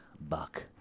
buck